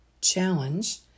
Challenge